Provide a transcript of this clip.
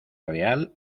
real